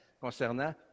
concernant